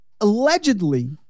allegedly